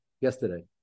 yesterday